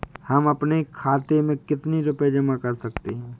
हम अपने खाते में कितनी रूपए जमा कर सकते हैं?